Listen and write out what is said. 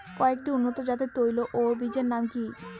কয়েকটি উন্নত জাতের তৈল ও বীজের নাম কি কি?